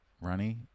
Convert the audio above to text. runny